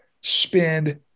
spend